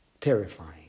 terrifying